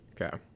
Okay